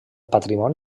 patrimoni